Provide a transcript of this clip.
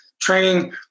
training